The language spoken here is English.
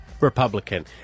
Republican